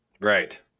Right